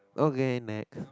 okay next